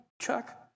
Chuck